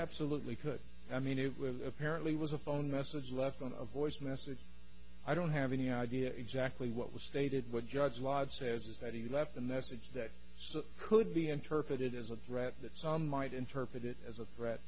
absolutely could i mean it was apparently was a phone message left on the voice message i don't have any idea exactly what was stated what judge live says is that he left a message that could be interpreted as a threat that some might interpret it as a threat